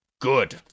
Good